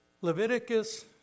Leviticus